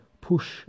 push